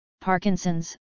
Parkinson's